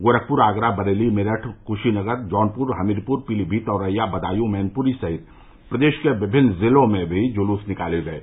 गोरखपुर आगरा बरेली मेरठ कुशीनगर जौनपुर हमीरपुर पीलीभीत औरैया बदायूं मैनपुरी सहित प्रदेश के विभिन्न जिलों में भी जुलूस निकाले गये